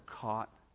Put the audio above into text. caught